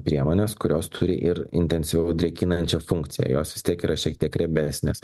priemones kurios turi ir intensyviau drėkinančią funkciją jos vis tiek yra šiek tiek riebesnės